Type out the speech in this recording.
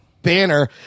Banner